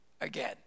again